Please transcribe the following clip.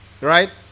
right